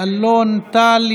אלון טל,